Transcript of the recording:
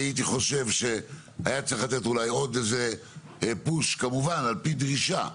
אני הייתי חושב שהיה צריך לתת אולי עוד איזה פוש כמובן על פי דרישה.